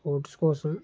sports కోసం